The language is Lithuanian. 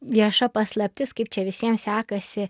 vieša paslaptis kaip čia visiems sekasi